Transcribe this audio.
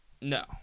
no